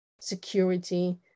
security